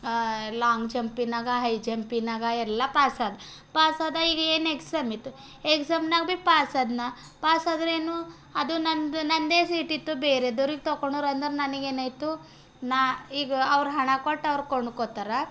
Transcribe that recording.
long ಜಂಪಿನಾಗ high ಜಂಪಿನಾಗ ಎಲ್ಲ ಪಾಸಾದ ಪಾಸಾದ ಈಗ ಏನು ಎಕ್ಸಾಮಿತ್ತು ಎಕ್ಸಾಮ್ನಾಗ ಭೀ ಪಾಸ್ ಆದೆ ನಾ ಪಾಸಾದರೇನು ಅದು ನಂದು ನನ್ನದೇ ಸೀಟಿತ್ತು ಬೇರೆ ಇದ್ದೋರಿಗೆ ತಕೊಳ್ಳೋರಂದ್ರೆ ನನಗೇನಾಯ್ತು ನಾ ಈಗ ಅವ್ರ ಹಣ ಕೊಟ್ಟು ಅವ್ರು ಕೊಂಡ್ಕೋತ್ತರಾ